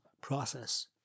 process